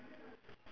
what do you see